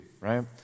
Right